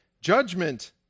Judgment